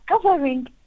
covering